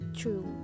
true